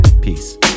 Peace